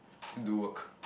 to do work